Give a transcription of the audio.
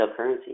cryptocurrencies